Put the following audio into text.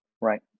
Right